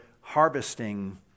harvesting